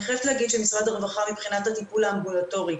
אני חייבת להגיד שמשרד הרווחה מבחינת הטיפול האמבולטורי,